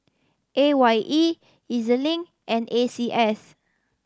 A Y E E Z Link and A C S